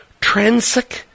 Transic